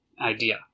idea